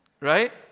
Right